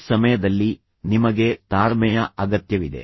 ಈ ಸಮಯದಲ್ಲಿ ನಿಮಗೆ ತಾಳ್ಮೆಯ ಅಗತ್ಯವಿದೆ